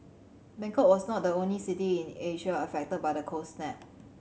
Bangkok was not the only city in Asia affected by the cold snap